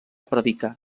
predicar